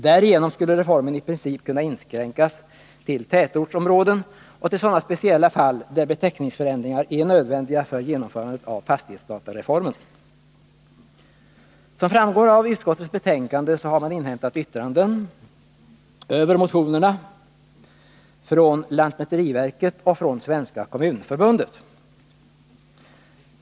Därigenom skulle reformen i princip inskränkas till tätortsområden och till sådana specialfall där beteckningsförändringar är nödvändiga för genomförandet av fastighetsdatareformen. Som framgår av utskottsbetänkandet har man inhämtat yttranden över motionerna från lantmäteriverket och Svenska kommunförbundet.